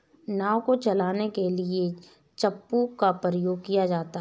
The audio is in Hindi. नाव को चलाने के लिए चप्पू का प्रयोग किया जाता है